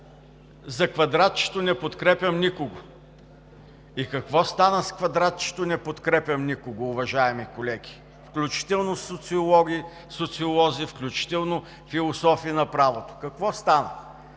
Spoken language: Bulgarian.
за квадратчето „Не подкрепям никого“. И какво стана с квадратчето „Не подкрепям никого“, уважаеми колеги, включително социолози, включително философи на правото? Какво стана?